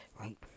Right